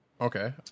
Okay